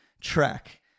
track